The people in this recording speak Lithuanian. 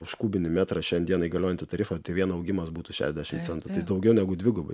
už kubinį metrą šiandienai galiojantį tarifą tai vien augimas būtų šešiasdešimt centų tai daugiau negu dvigubai